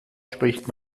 spricht